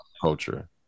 culture